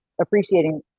appreciating